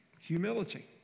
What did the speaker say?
Humility